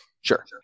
sure